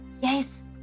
Yes